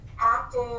active